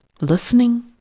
listening